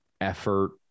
effort